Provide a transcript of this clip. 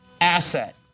asset